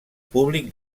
públic